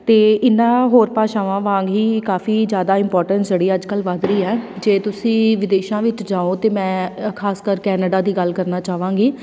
ਅਤੇ ਇਹਨਾਂ ਹੋਰ ਭਾਸ਼ਾਵਾਂ ਵਾਂਗ ਹੀ ਕਾਫ਼ੀ ਜ਼ਿਆਦਾ ਇੰਪੋਰਟੈਂਸ ਜਿਹੜੀ ਅੱਜਕੱਲ੍ਹ ਵੱਧ ਰਹੀ ਹੈ ਜੇ ਤੁਸੀਂ ਵਿਦੇਸ਼ਾਂ ਵਿੱਚ ਜਾਓ ਅਤੇ ਮੈਂ ਖਾਸ ਕਰ ਕੈਨੇਡਾ ਦੀ ਗੱਲ ਕਰਨਾ ਚਾਹਵਾਂਗੀ